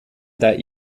that